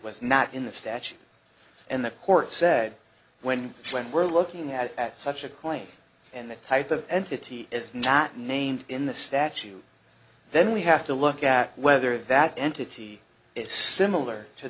was not in the statute and the court said when when we're looking at at such a claim and that type of entity is not named in the statute then we have to look at whether that entity is similar to